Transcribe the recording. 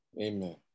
Amen